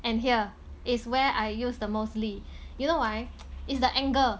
and here is where I use the most 力 you know why it's the angle